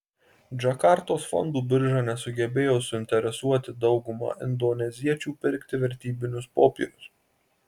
džakartos fondų birža nesugebėjo suinteresuoti daugumą indoneziečių pirkti vertybinius popierius